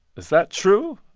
is that true?